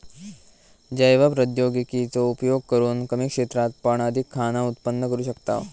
जैव प्रौद्योगिकी चो उपयोग करून कमी क्षेत्रात पण अधिक खाना उत्पन्न करू शकताव